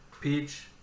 Peach